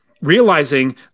realizing